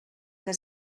que